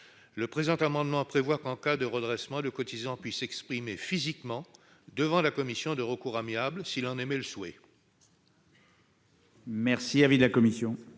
Le présent amendement prévoit qu'en cas de redressement le cotisant puisse s'exprimer physiquement devant la commission de recours amiable, s'il en émet le souhait.